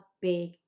big